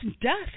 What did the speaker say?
death